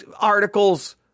articles